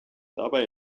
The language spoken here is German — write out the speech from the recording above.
dabei